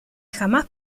jamás